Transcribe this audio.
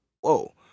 whoa